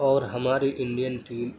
اور ہماری Indian team